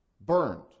burned